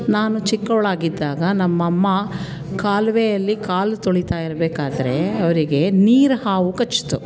ನಾನು ಚಿಕ್ಕವಳಾಗಿದ್ದಾಗ ನಮ್ಮಮ್ಮ ಕಾಲುವೆಯಲ್ಲಿ ಕಾಲು ತೊಳಿತಾ ಇರ್ಬೇಕಾದ್ರೆ ಅವರಿಗೆ ನೀರು ಹಾವು ಕಚ್ಚಿತು